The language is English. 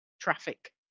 traffic